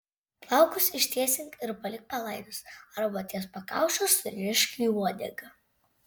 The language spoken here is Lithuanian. plaukus ištiesink ir palik palaidus arba ties pakaušiu surišk į uodegą